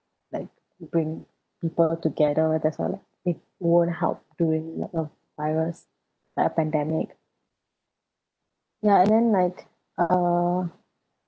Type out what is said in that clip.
like bring people together that's all lah it won't help during a virus like a pandemic ya and then like uh